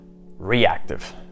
reactive